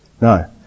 No